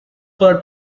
for